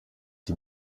die